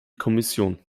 kommission